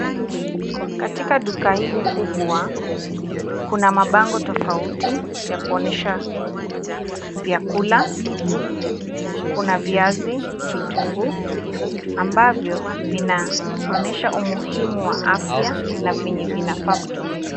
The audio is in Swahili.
Katika duka hili kubwa kuna mabango tofauti ya kuonyesha vyakula, kuna viazi, vitunguu ambavyo vinaonyesha umuhimu wa afya na venye vinafaa kutumika.